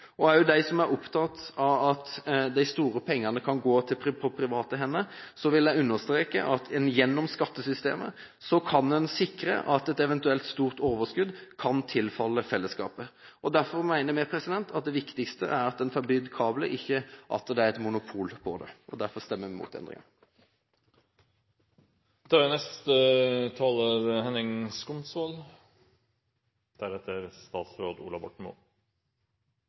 som er opptatt av at de store pengene kan komme på private hender, vil jeg understreke at en gjennom skattesystemet kan sikre at et eventuelt stort overskudd kan tilfalle fellesskapet. Derfor mener vi at det viktigste er at en får bygd kabler, ikke at det er et monopol på det. Derfor stemmer vi mot endringen. Det er